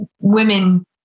women